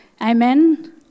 Amen